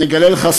אני אגלה לך,